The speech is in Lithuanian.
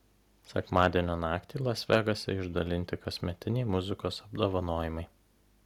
sekmadienio naktį las vegase išdalinti kasmetiniai muzikos apdovanojimai